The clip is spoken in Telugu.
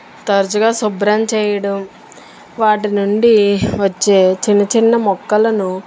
తరచుగా శుభ్రం చేయడం వాటి నుండి వచ్చే చిన్న చిన్న మొక్కలను